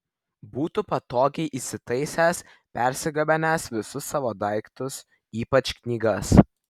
būtų patogiai įsitaisęs persigabenęs visus savo daiktus ypač knygas